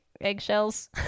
eggshells